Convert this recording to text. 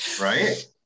right